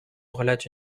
relate